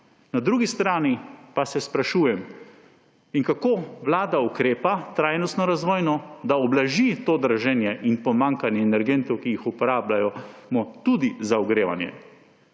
Na drugi strani pa se sprašujem, kako Vlada ukrepa trajnostno, razvojno, da ublaži to draženje in pomanjkanje energentov, ki jih uporabljamo tudi za ogrevanje.